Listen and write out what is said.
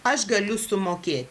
aš galiu sumokėti